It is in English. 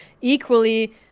equally